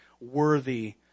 worthy